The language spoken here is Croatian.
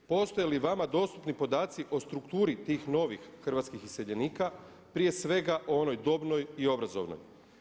Postoje li vama dostupni podaci o strukturi tih novih hrvatskih iseljenika, prije svega o onoj dobnoj i onoj obrazovnoj?